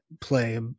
play